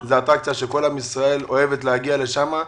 זאת אטרקציה שכל עם ישראל אוהב להגיע לשם.